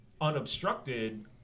unobstructed